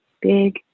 Big